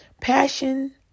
passion